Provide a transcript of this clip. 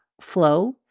flow